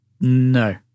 No